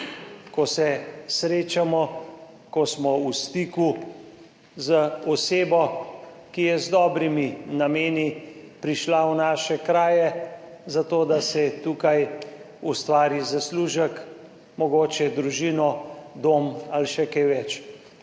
ko se srečamo, ko smo v stiku z osebo, ki je z dobrimi nameni prišla v naše kraje, zato da si tukaj ustvari zaslužek, mogoče družino, dom ali še kaj več.